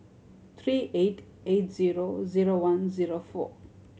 three eight eight zero zero one zero four